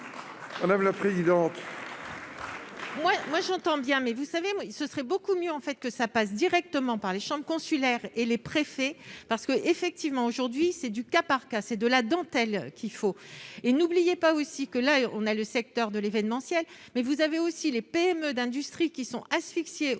Madame la présidente,